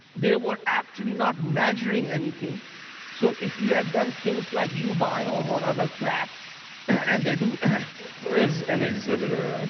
they were actually not measuring anything so if you have done things like u biome or other crap and. who who is an exhibitor, and